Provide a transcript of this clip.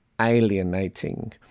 alienating